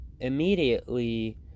immediately